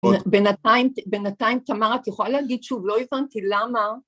בינתיים, תמר, את יכולה להגיד שוב, לא הבנתי למה.